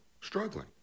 Struggling